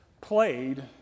played